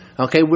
Okay